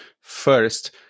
first